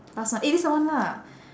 last one eh this the one lah